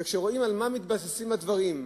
וכשרואים על מה מתבססים הדברים,